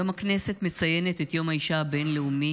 היום הכנסת מציינת את יום האישה הבין-לאומי,